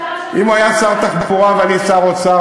אם הוא היה שר התחבורה ואני שר האוצר,